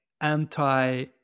anti